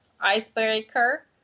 icebreaker